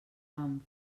fam